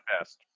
best